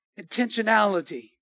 intentionality